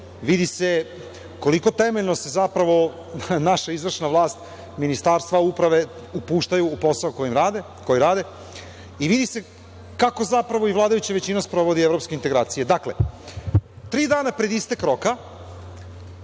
vidi se koliko temeljno se, zapravo, naša izvršna vlast Ministarstva uprave upuštaju u posao koji rade i vidi se kako i vladajuća većina sprovodi evropske integracije. Dakle, tri dana pred istek roka,